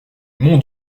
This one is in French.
mon